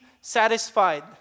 satisfied